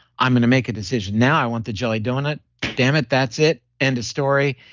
i'm going to make a decision now, i want the jelly donut dammit, that's it, end a story.